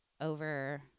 over